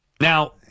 Now